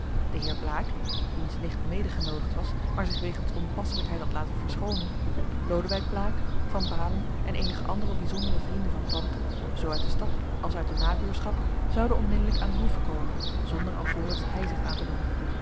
de heer blaek wiens nicht mede genoodigd was maar zich wegens onpasselijkheid had laten verschoonen lodewijk blaek van baalen en eenige andere bijzondere vrienden van tante zoo uit de stad als uit de nabuurschap zouden onmiddellijk aan de hoeve komen zonder alvorens heizicht aan te doen